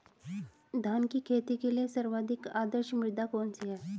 धान की खेती के लिए सर्वाधिक आदर्श मृदा कौन सी है?